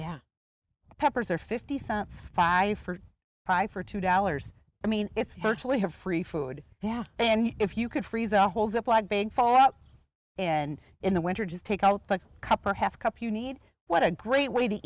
yeah peppers are fifty cents five for five for two dollars i mean it's virtually have free food now and if you could freeze a holes up like big fall in in the winter just take out the cup or half a cup you need what a great way to